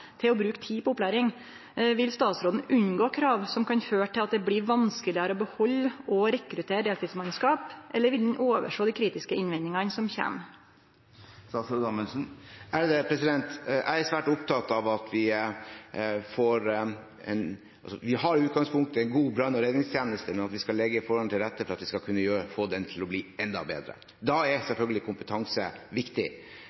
om å bruke tid på opplæring. Vil statsråden unngå krav som kan føre til at det blir vanskelegare å behalde og å rekruttere deltidsmannskap, eller vil han oversjå dei kritiske innvendingane som kjem? Jeg er svært opptatt av at vi i utgangspunktet har en god brann- og redningstjeneste, men at vi skal legge forholdene til rette for at vi skal kunne få den til å bli enda bedre. Da er